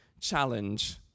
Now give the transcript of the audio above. challenge